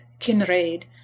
kinraid